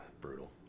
Brutal